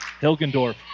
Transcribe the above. Hilgendorf